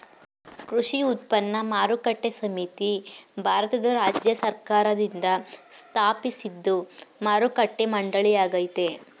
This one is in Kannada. ಕೃಷಿ ಉತ್ಪನ್ನ ಮಾರುಕಟ್ಟೆ ಸಮಿತಿ ಭಾರತದ ರಾಜ್ಯ ಸರ್ಕಾರ್ದಿಂದ ಸ್ಥಾಪಿಸಿದ್ ಮಾರುಕಟ್ಟೆ ಮಂಡಳಿಯಾಗಯ್ತೆ